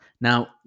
Now